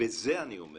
מה זה "בניגוד אליך"?